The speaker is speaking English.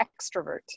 extrovert